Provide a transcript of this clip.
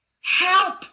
help